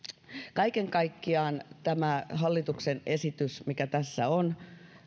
kaiken kaikkiaan tämä hallituksen esitys mikä tässä on